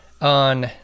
on